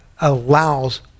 allows